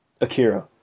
Akira